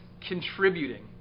contributing